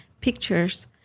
pictures